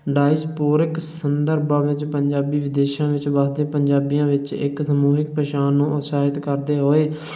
diasporic ਸੰਦਰਭਾਂ ਵਿੱਚ ਪੰਜਾਬੀ ਵਿਦੇਸ਼ਾਂ ਵਿੱਚ ਵੱਸਦੇ ਪੰਜਾਬੀਆਂ ਵਿੱਚ ਇੱਕ ਸਾਮੂੰਹਿਕ ਪਛਾਣ ਨੂੰ ਉਤਸਾਹਿਤ ਕਰਦੇ ਹੋਏ